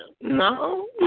no